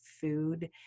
food